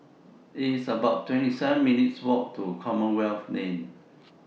It's about twenty seven minutes' Walk to Commonwealth Lane